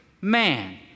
man